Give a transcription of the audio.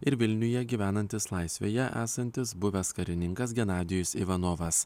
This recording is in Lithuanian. ir vilniuje gyvenantis laisvėje esantis buvęs karininkas genadijus ivanovas